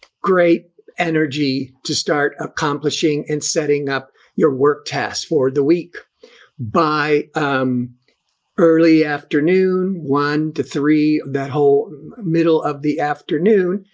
great energy to start accomplishing and setting up your work task for the week by um early afternoon, one to three of the whole middle of the afternoon.